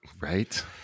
Right